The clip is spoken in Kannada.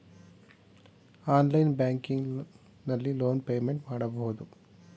ಆನ್ಲೈನ್ ಬ್ಯಾಂಕಿಂಗ್ ನಲ್ಲಿ ಲೋನ್ ಪೇಮೆಂಟ್ ಮಾಡಬಹುದು